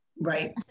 Right